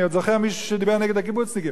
אני עוד זוכר מי שדיבר נגד הקיבוצניקים.